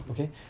Okay